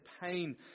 pain